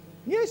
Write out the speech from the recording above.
יש,